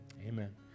amen